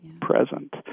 present